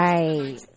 Right